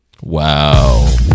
Wow